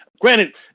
Granted